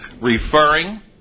referring